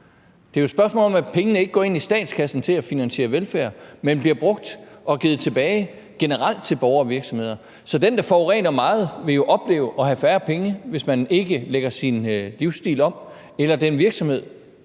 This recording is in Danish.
Det er jo et spørgsmål om, at pengene ikke går ind i statskassen til at finansiere velfærd, men bliver brugt og givet tilbage generelt til borgere og virksomheder. Så den, der forurener meget, vil jo opleve at have færre penge, hvis man ikker lægger sin livsstil om, og den virksomhed,